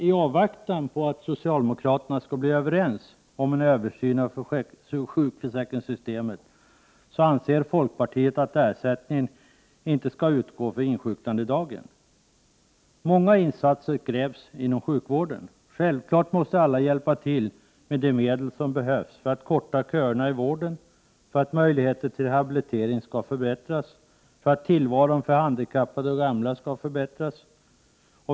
I avvaktan på att socialdemokraterna skall bli överens inbördes om en översyn av sjukförsäkringssystemet anser folkpartiet att ersättning inte skall utgå för insjuknandedagen. Många insatser krävs inom sjukvården. Självfallet måste alla hjälpa till med de medel som behövs för att korta köerna i vården, för att möjligheterna till rehabilitering skall förbättras och för att tillvaron för handikappade och gamla skall förbättras.